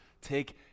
take